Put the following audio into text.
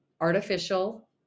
artificial